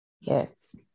Yes